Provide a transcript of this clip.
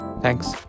Thanks